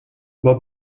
what